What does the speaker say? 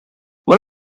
one